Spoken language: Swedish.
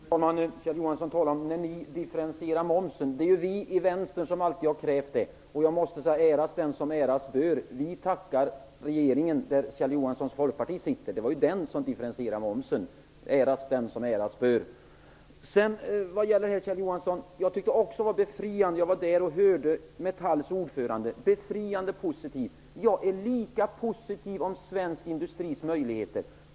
Herr talman! Kjell Johansson talade om ''när ni differentierade momsen''. Det är ju vi inom vänstern som alltid har krävt det, och jag måste säga: Äras den som äras bör! Vi tackar regeringen, där Kjell Johanssons Folkparti sitter. Det var den som differentierade momsen. Äras den som äras bör! Jag tyckte också att Metalls ordförande var befriande positiv. Jag är lika positiv till svensk industris möjligheter.